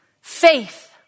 Faith